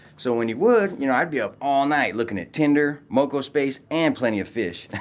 so when he would, you know i'd be up all night looking at tinder, mocospace, and plentyoffish.